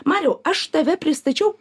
mariau aš tave pristačiau